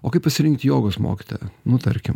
o kaip pasirinkt jogos mokytoją nu tarkim